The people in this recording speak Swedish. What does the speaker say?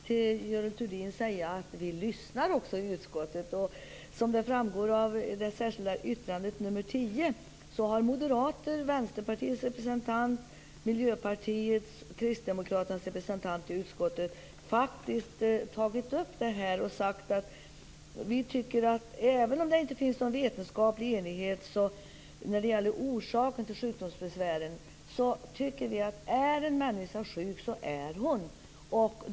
Herr talman! Jag vill bara säga till Görel Thurdin att vi lyssnar i utskottet. Som framgår av det särskilda yttrandet nr 10 har Moderaternas, Vänsterpartiets, Miljöpartiets och Kristdemokraternas representanter i utskottet tagit upp detta. De har sagt: även om det inte finns någon vetenskaplig enighet om orsaken till sjukdomsbesvären är det så att om en människa är sjuk så är hon.